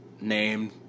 named